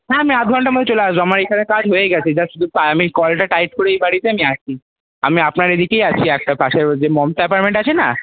না আমি আধ ঘন্টার মধ্যে চলে আসবো আমার এইখানের কাজ হয়েই গেছে জাস্ট শুধু কলটা টাইট করে এই বাড়িতে আমি আসছি আমি আপনার এদিকেই আছি একটা পাশের ওই যে মমতা অ্যাপারট্মেন্ট আছে না